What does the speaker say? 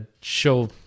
show